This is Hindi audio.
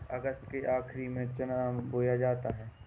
अगस्त के आखिर में चना बोया जाता है